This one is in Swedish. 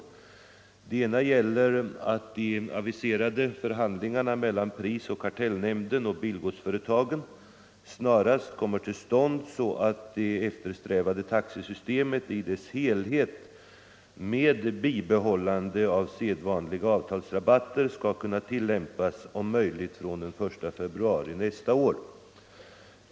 En av dessa frågor gäller att de aviserade förhandlingarna mellan prisoch kartellnämnden och bilgodsföretagen snarast kommer till stånd så att det eftersträvade taxesystemet i dess helhet med bibehållande av sedvanliga avtalsrabatter skall kunna tillämpas om möjligt fr.o.m. den I februari nästa år.